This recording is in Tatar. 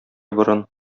борын